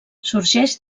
sorgeix